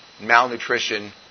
malnutrition